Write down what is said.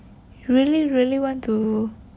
really really want to